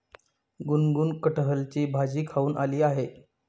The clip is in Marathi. गुनगुन कठहलची भाजी खाऊन आली आहे